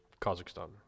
Kazakhstan